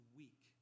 weak